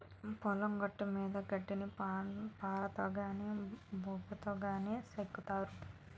పొలం గట్టుమీద గడ్డిని పారతో గాని బోరిగాతో గాని సెక్కుతారు